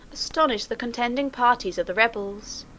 astonished the contending parties of the rebels.